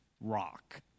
rock